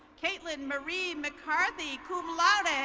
katelyn marie mccarthy, cum laude.